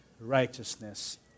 righteousness